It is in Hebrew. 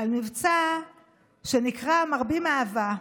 על מבצע שנקרא "מרבים אהבה":